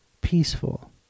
peaceful